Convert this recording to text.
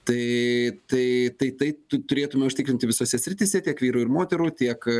tai tai tai tai tu turėtume užtikrinti visose srityse tiek vyrų ir moterų tiek